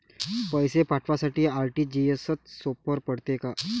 पैसे पाठवासाठी आर.टी.जी.एसचं सोप पडते का?